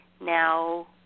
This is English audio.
Now